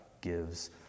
gives